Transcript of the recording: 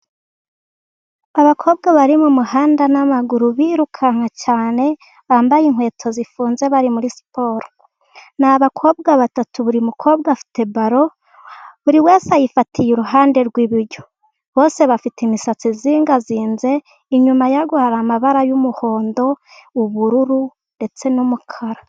Abakobwa bari mu muhanda n'amaguru birukanka cyane, bambaye inkweto zifunze bari muri siporo, ni abakobwa batatu buri mukobwa afite balo ,buri wese ayifatiye iruhande rw'iburyo, bose bafite imisatsi izingazininze, inyuma yabo hari amabara y'umuhondo, ubururu ndetse n'umukara.